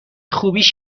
خوبیش